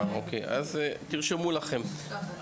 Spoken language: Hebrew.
אוקיי, אז תרשמו לכם את זה בבקשה.